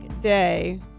day